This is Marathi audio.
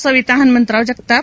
सविता हणमंत राव जगताप